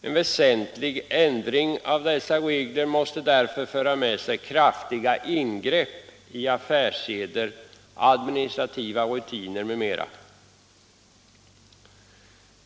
En väsentlig ändring av dessa regler måste därför föra med sig ett kraftigt ingrepp i affärsseder, administrativa rutiner m.m.